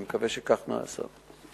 אני מקווה שכך נעשה.